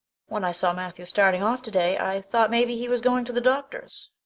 when i saw matthew starting off today. i thought maybe he was going to the doctor's.